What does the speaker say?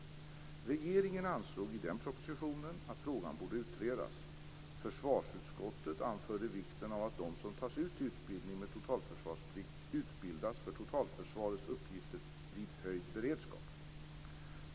Regeringen ansåg i den propositionen att frågan borde utredas. Försvarsutskottet anförde vikten av att de som tas ut till utbildning med totalförsvarsplikt utbildas för totalförsvarets uppgifter vid höjd beredskap.